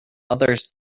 others